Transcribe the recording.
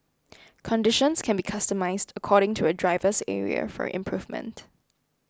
conditions can be customised according to a driver's area for improvement